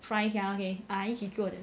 fries ya okay 啊一起做的